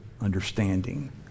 understanding